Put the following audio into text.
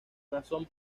razón